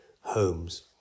homes